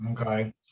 Okay